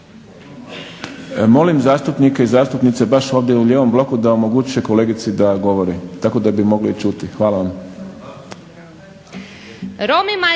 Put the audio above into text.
Molim zastupnike i zastupnice baš ovdje u lijevom bloku da omoguće kolegici da govori, tako da bi mogli čuti. Hvala vam.